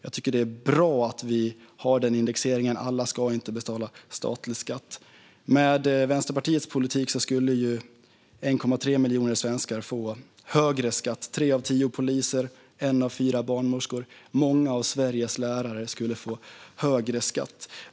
Jag tycker att det är bra att vi har denna indexering. Alla ska inte betala statlig skatt. Med Vänsterpartiets politik skulle 1,3 miljoner svenskar få högre skatt. Tre av tio poliser, en av fyra barnmorskor och många av Sveriges lärare skulle få högre skatt.